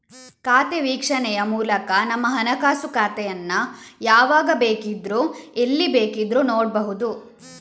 ಖಾತೆ ವೀಕ್ಷಣೆಯ ಮೂಲಕ ನಿಮ್ಮ ಹಣಕಾಸು ಖಾತೆಯನ್ನ ಯಾವಾಗ ಬೇಕಿದ್ರೂ ಎಲ್ಲಿ ಬೇಕಾದ್ರೂ ನೋಡ್ಬಹುದು